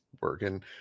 working